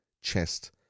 chest